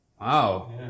Wow